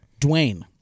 Dwayne